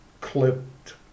clipped